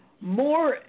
more